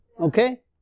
okay